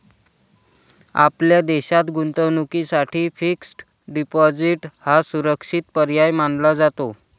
आपल्या देशात गुंतवणुकीसाठी फिक्स्ड डिपॉजिट हा सुरक्षित पर्याय मानला जातो